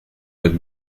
with